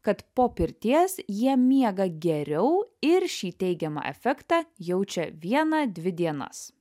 kad po pirties jie miega geriau ir šį teigiamą efektą jaučia vieną dvi dienas